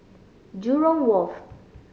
Jurong Wharf